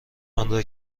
آنرا